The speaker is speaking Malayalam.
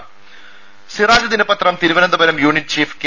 ടെട സിറാജ് ദിനപത്രം തിരുവനന്തപുരം യൂണിറ്റ് ചീഫ് കെ